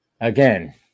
again